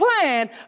plan